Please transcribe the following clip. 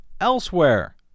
elsewhere